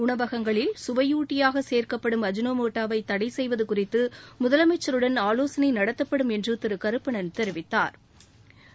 உணவகங்களில் சுவையூட்டியாக சேர்க்கப்படும் அஜ்னமோட்டோவை தடை செய்வது குறித்து முதலமைச்சருடன் ஆலோசனை நடத்தப்படும் என்று திரு கருப்பணன் தெரிவித்தாா்